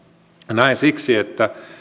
näin siksi että